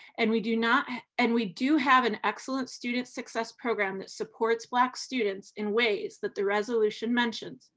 and we do not and we do have an excellent student success program that supports black students in ways that the resolution mentions,